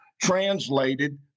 translated